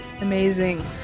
Amazing